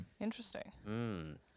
Interesting